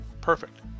Perfect